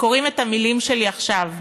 שקוראים את המילים שלי עכשיו,